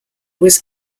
was